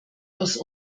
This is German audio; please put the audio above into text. aus